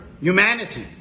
humanity